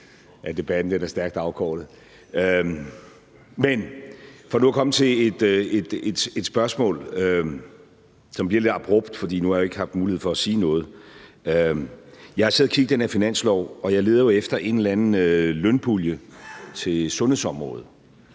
Jeg har siddet og kigget i det her finanslovsforslag, og jeg leder efter en eller anden lønpulje til sundhedsområdet,